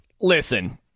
Listen